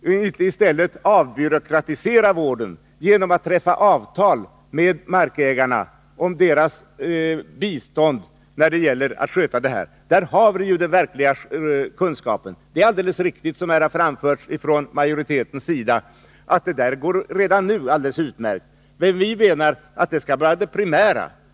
Vi villi stället avbyråkratisera vården genom att träffa avtal med markägarna om deras bistånd när det gäller att sköta landskapet. Det är alldeles riktigt som här har sagts från majoritetens sida, att detta redan nu går alldeles utmärkt, men vi menar att det skall vara det primära.